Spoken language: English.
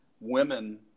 women